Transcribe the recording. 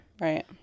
Right